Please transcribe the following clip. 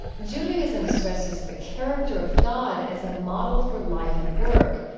judaism stresses the character of god as a model for life and work.